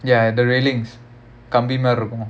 ya the railings கம்பி மாறி இருக்குமே:kambi maari irukkumae